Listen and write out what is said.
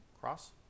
Cross